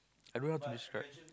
I don't know what to describe